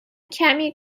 کمی